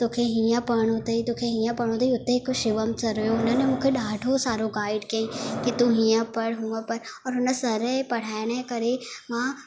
तोखे हीअं पढ़णो अथई तोखे हीअं पढ़णो अथई हुते हिकु शिवम सर हुयो हुननि ई मूंखे ॾाढो सारो गाइड कई की तू हीअं पढ़ हुअ पढ़ और हुन सर जे पढ़ाइण करे मां